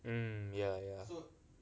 mm ya ya